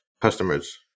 customers